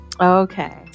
Okay